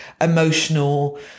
emotional